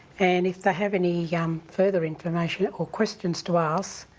and if they have any yeah um further information or questions to ask,